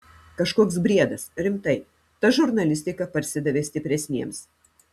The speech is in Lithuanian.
kažkoks briedas rimtai ta žurnalistika parsidavė stipresniems